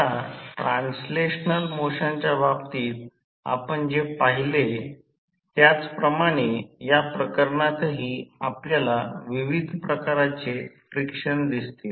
आता ट्रान्सलेशनल मोशनच्या बाबतीत आपण जे पाहिले होते त्याप्रमाणेच या प्रकरणातही आपल्याला विविध प्रकारचे फ्रिक्शन दिसतील